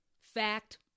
fact